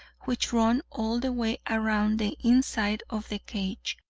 which run all the way around the inside of the cage.